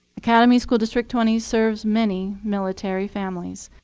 academy school district twenty serves many military families.